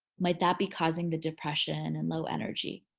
might that be causing the depression and low energy?